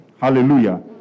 Hallelujah